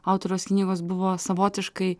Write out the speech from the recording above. autoriaus knygos buvo savotiškai